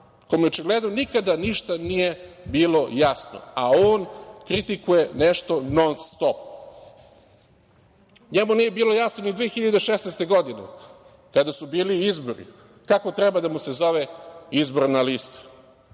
kome očigledno nikada ništa nije bilo jasno, a on kritikuje nešto non-stop. Njemu nije bilo jasno ni 2016. godine kada su bili izbori kako treba da mu se zove izborna lista,